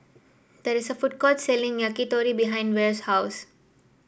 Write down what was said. there is a food court selling Yakitori behind Vere's house